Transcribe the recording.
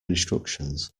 instructions